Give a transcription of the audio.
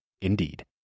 Indeed